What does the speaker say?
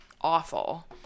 awful